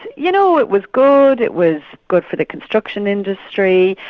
you know, it was good, it was good for the construction industry,